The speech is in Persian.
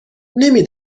نمی